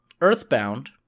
Earthbound